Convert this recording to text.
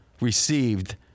received